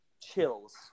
chills